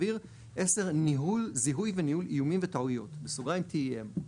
אוויר; זיהוי וניהול איומים וטעויות (TEM)."